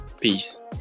peace